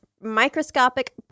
microscopic